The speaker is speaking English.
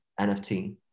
NFT